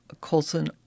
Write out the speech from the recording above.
Colson